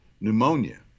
pneumonia